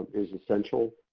is essential.